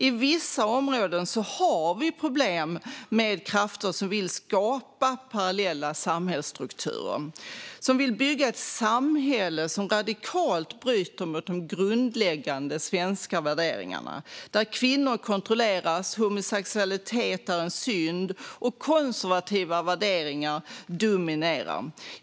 I vissa områden har vi problem med krafter som vill skapa parallella samhällsstrukturer och som vill bygga ett samhälle som radikalt bryter mot de grundläggande svenska värderingarna. Kvinnor kontrolleras. Man säger att homosexualitet är en synd. Konservativa värderingar dominerar där.